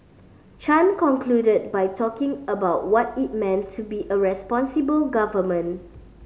Chan concluded by talking about what it meant to be a responsible government